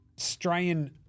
Australian